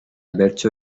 bertso